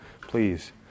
please